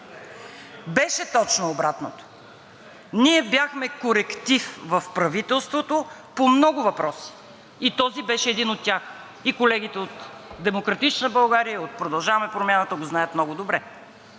Беше точно обратното! Ние бяхме коректив в правителството по много въпроси и този беше един от тях, и колегите от „Демократична България“ и от „Продължаваме Промяната“ го знаят много добре